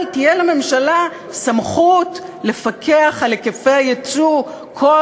אבל תהיה לממשלה סמכות לפקח על היקפי היצוא כל